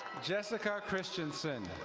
jessica christensen.